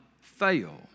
fail